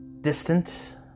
distant